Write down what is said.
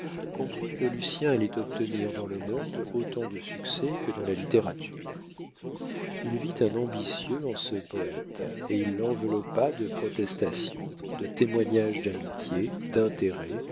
comprit que lucien allait obtenir dans le monde autant de succès que dans la littérature il vit un ambitieux en ce poète et il l'enveloppa de protestations de témoignages d'amitié d'intérêt